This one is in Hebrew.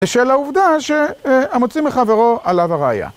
העובדה שהמוציא מחברו עליו הראיה.